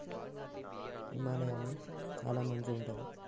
హిమాలయ లొ చాల మంచు ఉంటది